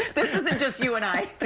this isn't just you and i. but